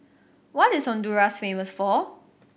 what is Honduras famous for